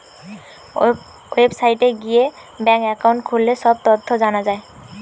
ওয়েবসাইটে গিয়ে bank account খুললে সব তথ্য জানা যায়